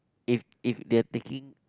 if if they are thinking